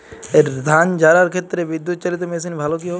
ধান ঝারার ক্ষেত্রে বিদুৎচালীত মেশিন ভালো কি হবে?